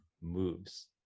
moves